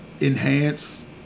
enhance